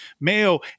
mayo